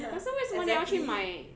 可是为什么你要去买